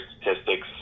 statistics